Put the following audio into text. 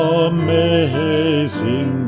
amazing